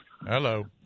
Hello